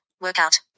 Workout